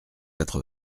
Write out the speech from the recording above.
quatre